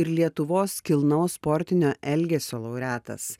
ir lietuvos kilnaus sportinio elgesio laureatas